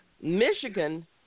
Michigan